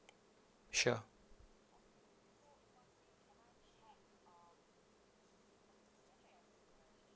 sure